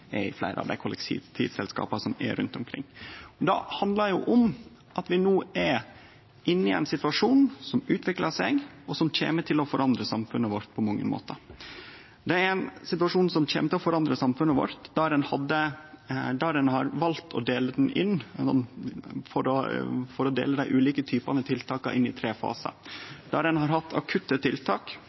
er at ein har klart å leggje ein milliard på bordet til fylka for å dekkje opp for situasjonen som fleire av kollektivselskapa rundt omkring no er i. Det handlar om at vi no er i ein situasjon som utviklar seg, og som kjem til å forandre samfunnet vårt på mange måtar. Ein har valt å dele dei ulike typane tiltak inn i tre fasar, der ein har hatt akutte tiltak